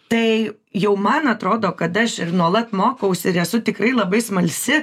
tai jau man atrodo kad aš ir nuolat mokausi ir esu tikrai labai smalsi